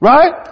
Right